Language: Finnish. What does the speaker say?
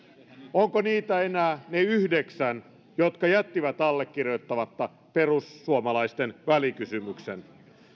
onko niitä enää ne yhdeksän jotka jättivät allekirjoittamatta perussuomalaisten välikysymyksen